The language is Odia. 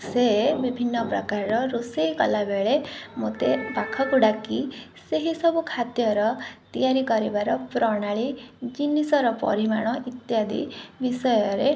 ସେ ବିଭିନ୍ନପ୍ରକାରର ରୋଷେଇ କଲାବେଳେ ମୋତେ ପାଖକୁ ଡାକି ସେହିସବୁ ଖାଦ୍ୟର ତିଆରି କରିବାର ପ୍ରଣାଳୀ ଜିନିଷର ପରିମାଣ ଇତ୍ୟାଦି ବିଷୟରେ